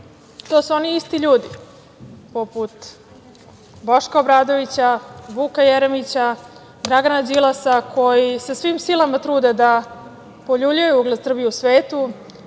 su oni isti ljudi poput Boška Obradovića, Vuka Jeremića, Dragana Đilasa koji se svim silama trude da poljuljaju ugled Srbije u svetu,